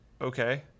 okay